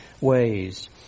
ways